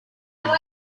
punto